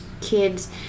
kids